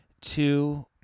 Two